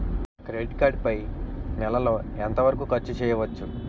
Credit card పై నెల లో ఎంత వరకూ ఖర్చు చేయవచ్చు?